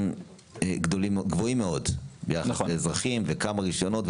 במספרים גבוהים מאוד בנוגע לאזרחים ולרישיונות.